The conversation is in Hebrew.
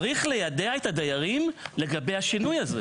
צריך ליידע את הדיירים לגבי השינוי הזה.